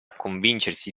convincersi